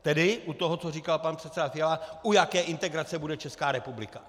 Tedy u toho, co říkal pan předseda Fiala, u jaké integrace bude Česká republika.